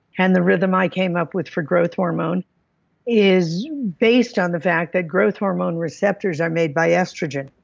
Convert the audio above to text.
and the rhythm i came up with for growth hormone is based on the fact that growth hormone receptors are made by estrogen.